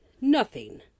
Nothing